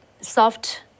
soft